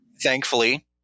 Thankfully